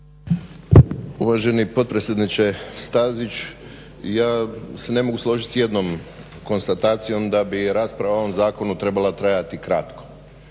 Uvaženi potpredsjedniče Stazić, ja se ne mogu složit s jednom konstatacijom da bi rasprava o ovom zakonu trebala trajati kratko.